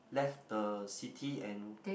left the city and